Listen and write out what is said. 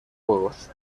juegos